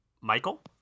michael